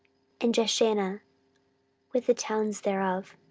and jeshanah with the towns thereof,